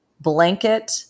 blanket